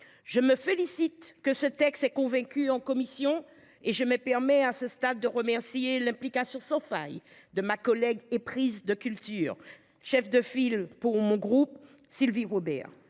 Je me félicite que ce texte est convaincu en commission et je me permet à ce stade de remercier l'implication sans faille de ma collègue éprise de culture, chef de file pour mon groupe. Sylvie Robert,